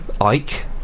ike